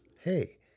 hey